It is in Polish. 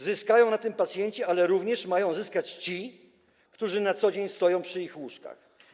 Zyskają na tym pacjenci, ale również mają zyskać ci, którzy na co dzień stoją przy ich łóżkach.